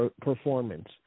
Performance